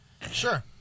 Sure